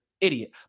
idiot